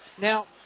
Now